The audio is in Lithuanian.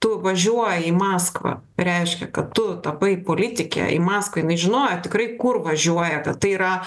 tu važiuoji į maskvą reiškia kad tu tapai politike į maskvą jinai žinojo tikrai kur važiuoja kad tai yra